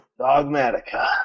Dogmatica